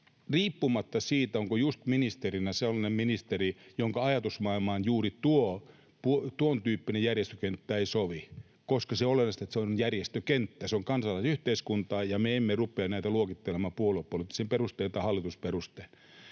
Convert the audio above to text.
riippumatta siitä, onko ministerinä just sellainen ministeri, jonka ajatusmaailmaan juuri tuontyyppinen järjestökenttä ei sovi. Se on oleellista, että se on järjestökenttä, se on kansalaisyhteiskuntaa, ja me emme rupea näitä luokittelemaan puoluepoliittisin perustein tai hallitusperustein.